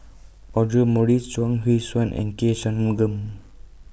Audra Morrice Chuang Hui Tsuan and K Shanmugam